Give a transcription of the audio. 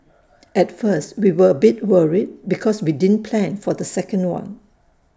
at first we were A bit worried because we didn't plan for the second one